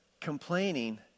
complaining